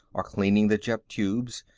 or cleaning the jet tubes,